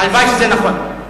הלוואי שזה נכון.